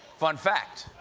fun fact,